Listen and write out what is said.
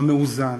המאוזן,